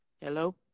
Hello